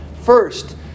First